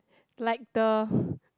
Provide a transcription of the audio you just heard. like the